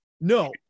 no